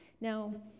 now